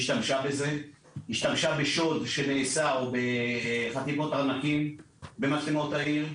השתמשה בשוד שנעשתה בחתימות ארנקים במצלמות העיר,